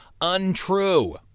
untrue